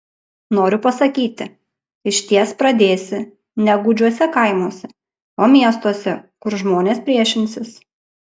noriu pasakyti išties pradėsi ne gūdžiuose kaimuose o miestuose kur žmonės priešinsis